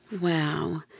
Wow